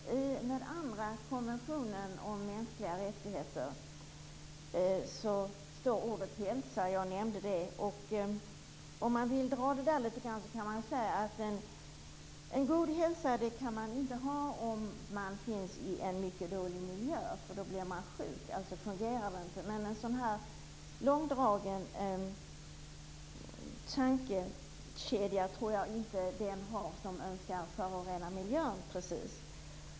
Herr talman! I den andra konventionen om mänskliga rättigheter står ordet "hälsa". Jag nämnde det. Om jag skall ta upp det kan jag säga att en god hälsa kan man inte ha om man finns i en mycket dåligt miljö, därför att då blir man sjuk. Det fungerar alltså inte. Men jag tror inte att den som önskar förorena miljön har en så långdragen tankekedja.